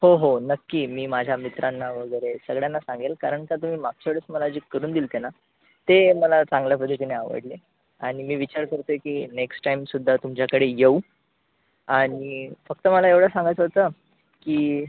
हो हो नक्की मी माझ्या मित्रांना वगैरे सगळ्यांना सांगेल कारण का तुम्ही मागच्या वेळेस मला जी करून दिलते ना ते मला चांगल्या पद्धतीने आवडले आणि मी विचार करतोय की नेक्स्ट टाईमसुद्धा तुमच्याकडे येऊ आणि फक्त मला एवढंच सांगायचं होतं की